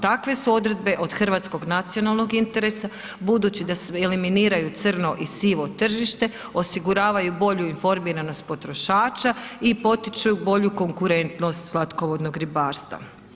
Takve su odredbe od hrvatskog nacionalnog interesa budući da eliminiraju crno i sivo tržište, osiguravaju bolju informiranost potrošača i potiču bolju konkurentnost slatkovodnog ribarstva.